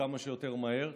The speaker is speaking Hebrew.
כמה שיותר מהר.